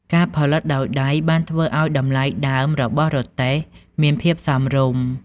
ការផលិតដោយដៃបានធ្វើឱ្យតម្លៃដើមរបស់រទេះមានភាពសមរម្យ។